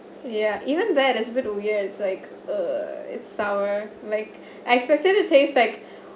ya even that it's a bit of weird it's like a it's sour like I'm expecting it taste like